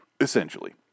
Essentially